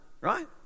right